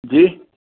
जी